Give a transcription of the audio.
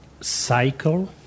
cycle